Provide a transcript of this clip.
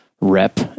rep